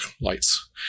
lights